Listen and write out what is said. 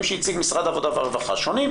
שהציג משרד עבודה והרווחה הנתונים,